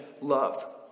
love